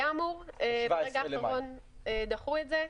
היה אמור, ברגע האחרון דחו את זה.